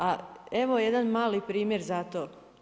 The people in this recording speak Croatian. A evo jedan mali primjer za to.